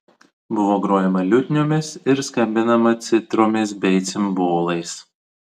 buvo grojama liutniomis ir skambinama citromis bei cimbolais